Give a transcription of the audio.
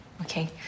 Okay